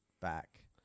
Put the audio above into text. back